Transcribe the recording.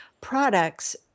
products